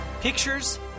pictures